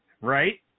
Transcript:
Right